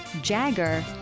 jagger